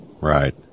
Right